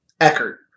Eckert